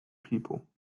people